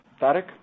Tarek